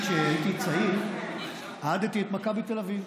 כשהייתי צעיר אהדתי את מכבי תל אביב.